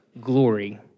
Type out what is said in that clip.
glory